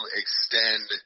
extend